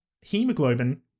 hemoglobin